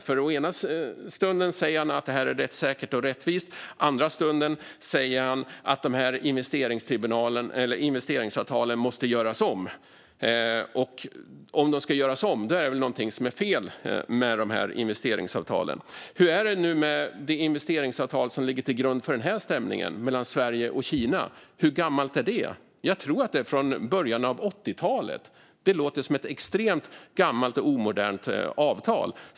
Den ena stunden säger han att systemet är rättssäkert och rättvist, den andra stunden säger han att investeringsavtalen måste göras om. Och om investeringsavtalen ska göras om är det väl någonting som är fel med dem. Hur gammalt är investeringsavtalet som ligger till grund för stämningen mellan Sverige och Kina? Jag tror att det är från början av 80-talet. Det låter som ett extremt gammalt och omodernt avtal.